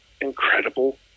incredible